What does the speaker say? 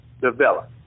develop